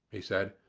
he said.